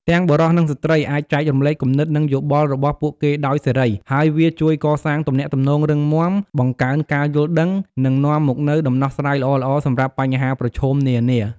ទាំងបុរស និងស្ត្រីអាចចែករំលែកគំនិត និងយោបល់របស់ពួកគេដោយសេរី ហើយវាជួយកសាងទំនាក់ទំនងរឹងមាំ បង្កើនការយល់ដឹង និងនាំមកនូវដំណោះស្រាយល្អៗសម្រាប់បញ្ហាប្រឈមនានា។